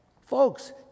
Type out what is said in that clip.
Folks